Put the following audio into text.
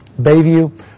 Bayview